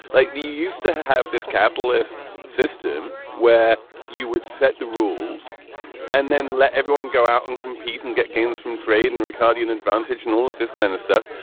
like you used to have this capitalist system where you would set the rules and then let everyone go out and compete and get gains from trade and riccardi, an advantage in all of this kind of stuff.